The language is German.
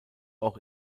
auch